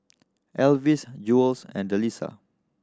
Elvis Jewell's and Delisa